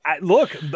Look